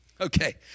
Okay